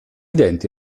denti